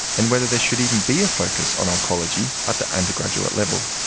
and whether there should even be a focus on oncology at the undergraduate level.